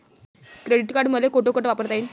Credit card मले कोठ कोठ वापरता येईन?